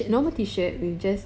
it's so ugly